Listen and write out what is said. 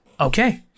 Okay